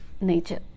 nature